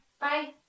Bye